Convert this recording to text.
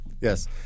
Yes